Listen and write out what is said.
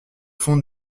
fond